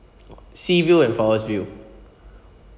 orh sea view and forest view